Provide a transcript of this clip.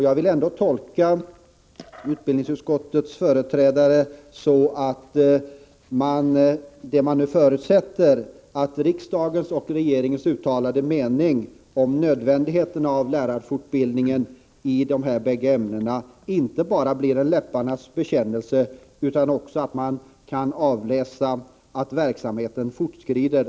Jag vill ändå tolka utskottets företrädare så att man förutsätter att riksdagens och regeringens uttalade mening om nödvändigheten av lärarfortbildningen i de båda ämnena inte bara blir en läpparnas bekännelse, utan att man kan avläsa att verksamheten fortskrider.